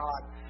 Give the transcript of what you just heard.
God